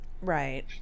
Right